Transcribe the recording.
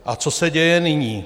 A co se děje nyní?